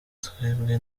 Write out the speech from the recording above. twebwe